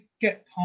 get